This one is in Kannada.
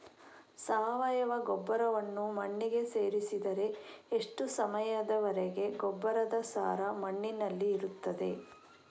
ಸಾವಯವ ಗೊಬ್ಬರವನ್ನು ಮಣ್ಣಿಗೆ ಸೇರಿಸಿದರೆ ಎಷ್ಟು ಸಮಯದ ವರೆಗೆ ಗೊಬ್ಬರದ ಸಾರ ಮಣ್ಣಿನಲ್ಲಿ ಇರುತ್ತದೆ?